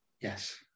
yes